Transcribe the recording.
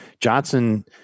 Johnson